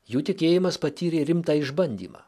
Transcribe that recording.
jų tikėjimas patyrė rimtą išbandymą